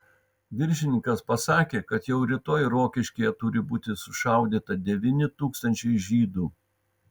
viršininkas pasakė kad jau rytoj rokiškyje turi būti sušaudyta devyni tūkstančiai žydų